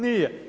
Nije.